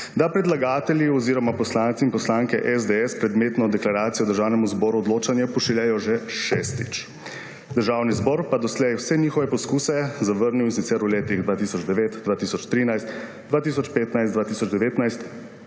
da predlagatelji oziroma poslanci in poslanke SDS predmetno deklaracijo Državnemu zboru v odločanje pošiljajo že šestič. Državni zbor pa je doslej vse njihove poskuse zvrnil, in sicer v letih 2009, 2013, 2015, 2019